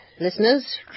listeners